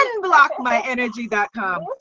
Unblockmyenergy.com